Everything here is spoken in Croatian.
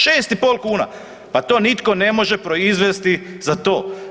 6,5 kuna, pa to nitko ne može proizvesti za to.